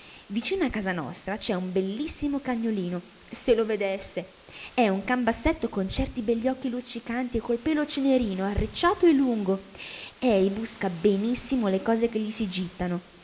vicino a casa nostra c'è un bellissimo cagnolino se lo vedesse è un canbassetto con certi belli occhi luccicanti e col pelo cenerino arricciato e lungo ei busca benissimo le cose che gli si gittano